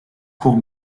court